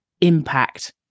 impact